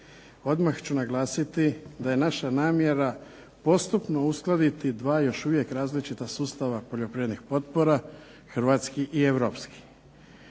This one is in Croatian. Odmah ću naglasiti da je naša namjera postupno uskladiti dva još uvijek različita sustava poljoprivrednih potpora hrvatskih i europskih.